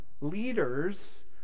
leaders